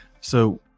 So-